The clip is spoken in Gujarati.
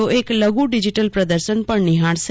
ઓ એક લઘુ ડીજીટલ પ્રદર્શન પણ નિહાળશે